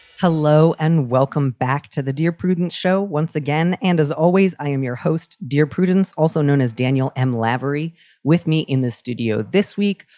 hello and welcome back to the dear prudence show once again. and as always, i am your host. dear prudence, also known as daniel m. claverie with me in the studio this week,